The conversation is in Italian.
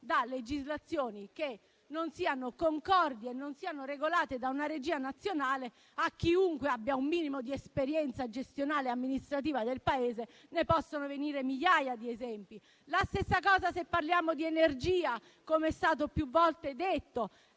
da legislazioni che non siano concordi e non siano regolate da una regia nazionale, a chiunque abbia un minimo di esperienza gestionale e amministrativa del Paese possono venire in mente migliaia esempi. La stessa cosa se parliamo di energia, com'è stato più volte detto: